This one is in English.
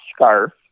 scarf